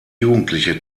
jugendliche